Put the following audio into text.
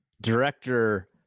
director